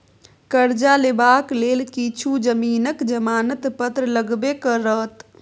करजा लेबाक लेल किछु जमीनक जमानत पत्र लगबे करत